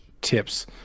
tips